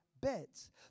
beds